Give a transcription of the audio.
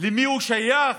למי הוא שייך,